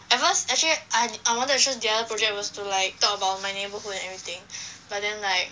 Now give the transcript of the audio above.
at first actually I I wanted to choose the other projects was to like talk about my neighbourhood and everything but then like